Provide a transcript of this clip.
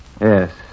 Yes